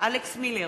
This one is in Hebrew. אלכס מילר,